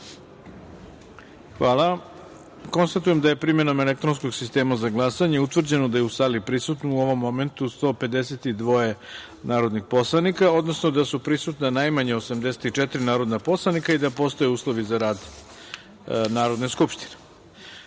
jedinice. Konstatujem da je, primenom elektronskog sistema za glasanje, utvrđeno da je su sali prisutna u ovom momentu 152 narodna poslanika, odnosno da je prisutno najmanje 84 narodna poslanika i da postoje uslovi za rad Narodne skupštine. Da